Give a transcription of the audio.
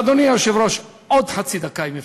אדוני היושב-ראש, עוד חצי דקה, אם אפשר.